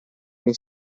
lei